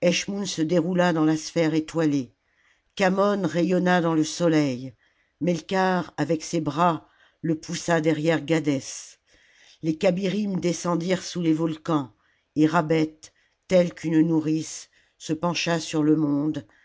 se déroula dans la sphère étoiîée khamon rayonna dans le soleil melkarth avec ses bras le poussa derrière gadès les kabjrim descendirent sous les volcans et rabbet telle qu'une nourrice se pencha sur le monde